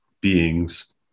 beings